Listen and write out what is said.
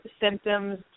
symptoms